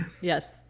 yes